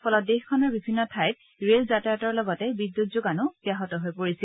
ফলত দেশখনৰ বিভিন্ন ঠাইত ৰেল যাতায়তৰ লগতে বিদ্যুৎ যোগানো ব্যাহত হৈ পৰিছিল